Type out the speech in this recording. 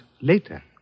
later